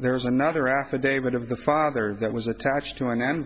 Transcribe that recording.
there's another affidavit of the father that was attached to an en